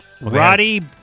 Roddy